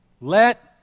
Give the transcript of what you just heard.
Let